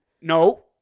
No